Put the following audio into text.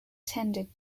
tended